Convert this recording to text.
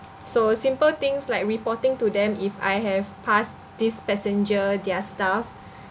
so simple things like reporting to them if I have passed this passenger their stuff